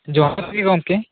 ᱡᱚᱦᱟᱨ ᱜᱮ ᱜᱚᱢᱠᱮ